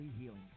Healing